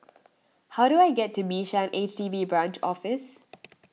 how do I get to Bishan H D B Branch Office